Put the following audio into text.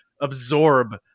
absorb